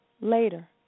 later